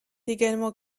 également